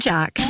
Jack